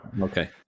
Okay